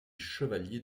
chevalier